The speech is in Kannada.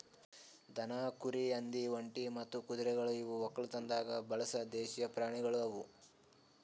ದನ, ಕುರಿ, ಹಂದಿ, ಒಂಟಿ ಮತ್ತ ಕುದುರೆಗೊಳ್ ಇವು ಒಕ್ಕಲತನದಾಗ್ ಬಳಸ ದೇಶೀಯ ಪ್ರಾಣಿಗೊಳ್ ಅವಾ